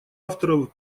авторов